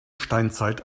steinzeit